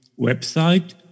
website